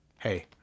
hey